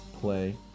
play